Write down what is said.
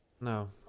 No